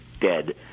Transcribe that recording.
dead